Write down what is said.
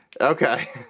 Okay